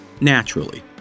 Naturally